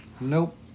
Nope